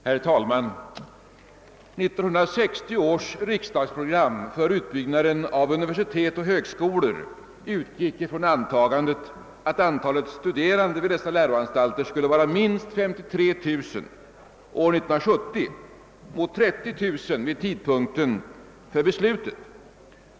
Herr talman! 1960 års riksdagsprogram för utbyggnaden av universitet och högskolor utgick från antagandet att antalet studerande vid dessa läroanstalter skulle vara minst 53 000 år 1970 mot 30000 vid tidpunkten för beslutet.